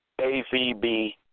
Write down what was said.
AVB